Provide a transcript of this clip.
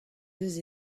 deus